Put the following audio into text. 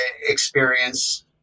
experience